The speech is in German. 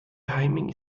timing